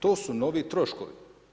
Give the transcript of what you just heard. To su novi troškovi.